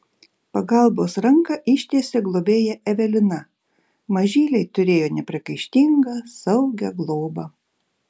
pagalbos ranką ištiesė globėja evelina mažyliai turėjo nepriekaištingą saugią globą